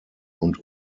und